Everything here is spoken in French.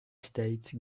states